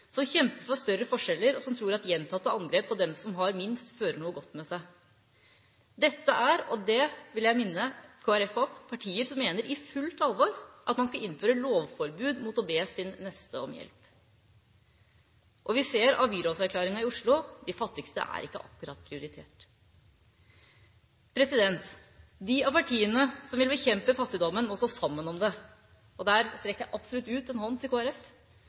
som kjemper for større forskjeller, og som tror at gjentatte angrep på dem som har minst, fører noe godt med seg. Dette er – og det vil jeg minne Kristelig Folkeparti om – partier som i fullt alvor mener at man skal innføre lovforbud mot å be sin neste om hjelp. Og vi ser det av byrådserklæringa i Oslo: De fattigste er ikke akkurat prioritert. De av partiene som vil bekjempe fattigdommen, må stå sammen om det – og der strekker jeg absolutt ut en hånd til